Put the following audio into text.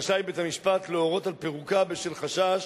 רשאי בית-המשפט להורות על פירוקה בשל חשש